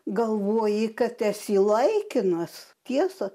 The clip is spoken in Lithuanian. galvoji kad esi laikinas tiesa